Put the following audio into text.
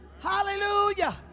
Hallelujah